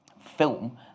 film